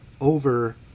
over